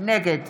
נגד